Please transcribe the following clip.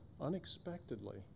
unexpectedly